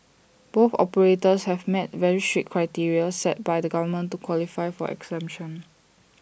both operators have met very strict criteria set by the government to qualify for exemption